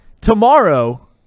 tomorrow